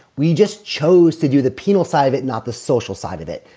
we just chose to do the penal side of it, not the social side of it.